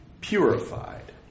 purified